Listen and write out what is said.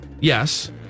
Yes